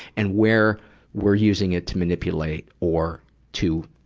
and where we're using it to manipulate or to,